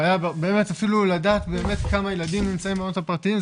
זאת בעיה באמת לדעת אפילו כמה ילדים נמצאים במעונות הפרטיים,